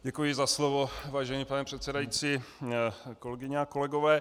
Děkuji za slovo, vážený pane předsedající, kolegyně a kolegové.